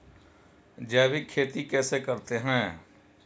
जैविक खेती कैसे करते हैं?